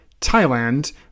Thailand